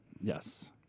Yes